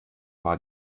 war